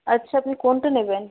আচ্ছা আপনি কোনটা নেবেন